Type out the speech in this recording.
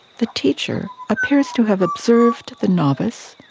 the teacher appears to have observed the novice,